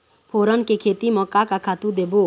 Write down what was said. फोरन के खेती म का का खातू देबो?